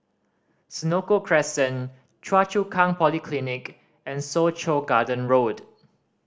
Senoko Crescent Choa Chu Kang Polyclinic and Soo Chow Garden Road